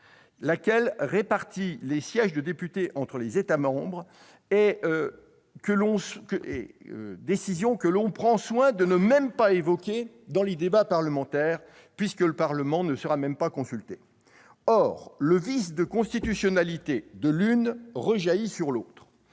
laquelle répartit les sièges de députés entre les États membres, que l'on prend soin de ne pas même évoquer dans les débats parlementaires, puisque le Parlement ne sera même pas consulté. Or le vice de constitutionnalité de l'une rejaillit sur l'autre.